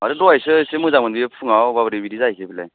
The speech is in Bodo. माथो दहायसो एसे मोजांमोन बियो फुङाव माबोरै बिदि जाहैखो बेलाय